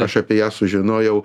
aš apie ją sužinojau